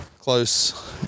Close